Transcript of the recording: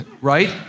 Right